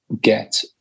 get